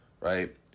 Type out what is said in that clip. right